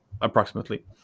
approximately